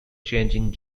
changing